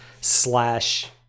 slash